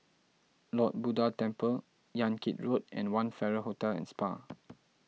Lord Buddha Temple Yan Kit Road and one Farrer Hotel and Spa